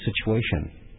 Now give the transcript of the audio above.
situation